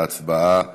ההצבעה החלה.